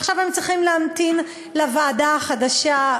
עכשיו הם צריכים להמתין לוועדה החדשה.